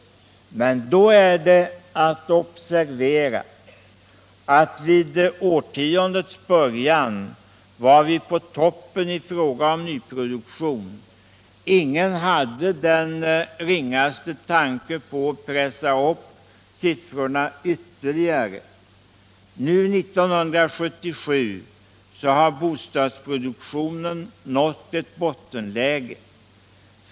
politiken m.m. Men då är att observera att vid årtiondets början var vi på toppen i fråga om nyproduktion. Ingen hade den ringaste tanke på att pressa upp siffrorna ytterligare. Nu, 1977, har bostadsproduktionen nått ett bottenläge.